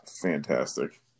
fantastic